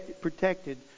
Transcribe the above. protected